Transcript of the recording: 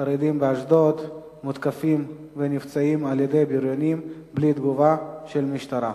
חרדים באשדוד מותקפים ונפצעים על-ידי בריונים בלי תגובה של המשטרה.